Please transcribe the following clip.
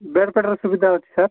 bed ଫେଡ୍ର ସୁବିଧା ଅଛି ସାର୍